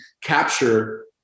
capture